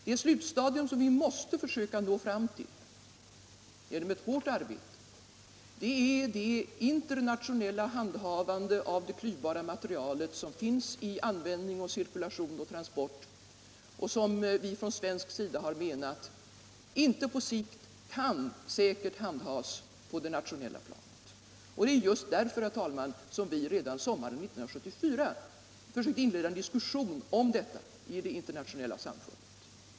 Det slutstadium som vi måste försöka nå fram till genom ett hårt arbete är det internationella handhavandet av det klyvbara materialet, som finns i användning, cirkulation och transport — och som vi från svensk sida har menat inte på sikt kan säkert handhas på det nationella planet. Det är just därför, herr talman, som vi redan sommaren 1974 försökte inleda en diskussion om detta i internationella sammanhang.